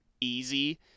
easy